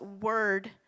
word